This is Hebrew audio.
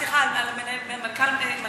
כי יחשבו עוד מעט על מנכ"ל משרד הבריאות.